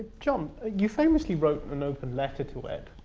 john, you famously wrote an open letter to ed